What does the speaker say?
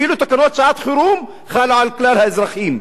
אפילו תקנות שעת-חירום חלות על כלל האזרחים,